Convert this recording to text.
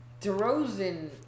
DeRozan